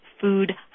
food